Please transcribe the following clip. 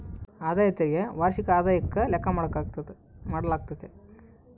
ಆದಾಯ ತೆರಿಗೆ ವಾರ್ಷಿಕ ಆದಾಯುಕ್ಕ ಲೆಕ್ಕ ಮಾಡಾಲಾಗ್ತತೆ